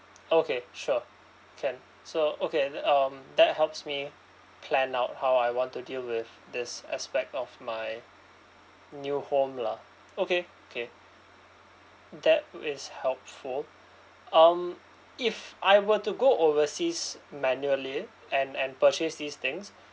okay sure can so okay th~ um that helps me plann out how I want to deal with this aspect of my new home lah okay okay that is helpful um if I were to go overseas manually and and purchase these things